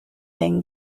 then